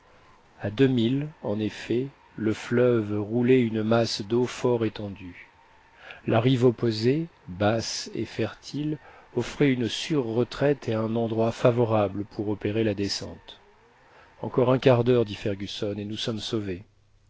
a deux milles en effet le fleuve roulait une masse d'eau fort étendue la rive opposée basse et fertile offrait une sûre retraite et un endroit favorable pour opérer la descente encore un quart d'heure dit fergusson et nous sommes sauvés